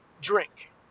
drink